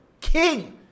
King